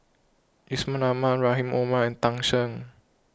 Yusman Aman Rahim Omar and Tan Shen